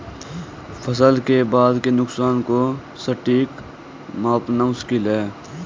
फसल के बाद के नुकसान को सटीक मापना मुश्किल है